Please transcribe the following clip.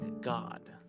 God